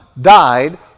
died